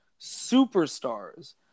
Superstars